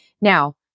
Now